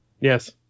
Yes